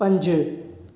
पंज